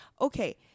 okay